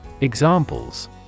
Examples